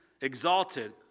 exalted